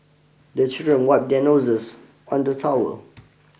the children wipe their noses on the towel